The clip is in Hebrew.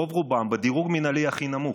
רוב-רובם בדירוג המינהלי הכי נמוך,